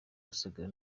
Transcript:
rusagara